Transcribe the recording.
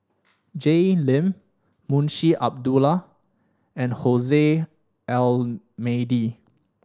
Jay Lim Munshi Abdullah and Almeida